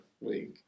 week